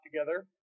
together